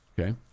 okay